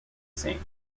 same